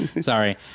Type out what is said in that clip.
Sorry